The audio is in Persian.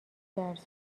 درس